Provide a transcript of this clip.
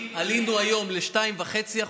עלינו היום ל-2.5%.